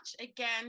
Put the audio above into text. again